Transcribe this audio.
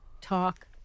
talk